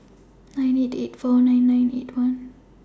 nine eight eight four nine nine eight one